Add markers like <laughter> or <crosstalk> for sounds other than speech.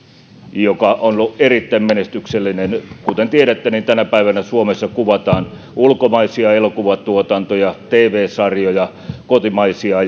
joka on ollut erittäin menestyksellinen kuten tiedätte tänä päivänä suomessa kuvataan ulkomaisia elokuvatuotantoja tv sarjoja kotimaisia <unintelligible>